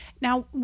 Now